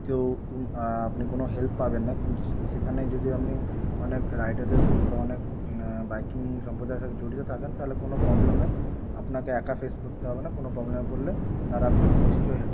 কেউ আপনি কোনও হেল্প পাবেন না কিন্তু সেখানে যদি আপনি অনেক রাইডারদের সাথে বা অনেক বাইকিং সম্প্রদায়ের সাথে জড়িত থাকেন তাহলে কোনও প্রবলেমে আপনাকে একা ফেস করতে হবে না কোনও প্রবলেমে পড়লে তারা আপনাকে নিশ্চয়ই হেল্প করবে